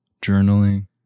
journaling